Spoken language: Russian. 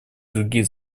других